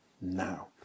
now